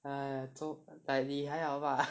!hais! so like 你还好吧